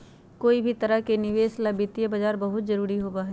कोई भी तरह के निवेश ला वित्तीय बाजार बहुत जरूरी होबा हई